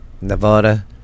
nevada